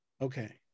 Okay